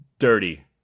Dirty